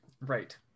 right